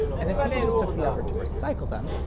and if people just took the effort to recycle them,